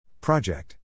Project